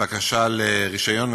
בקשה לרישיון.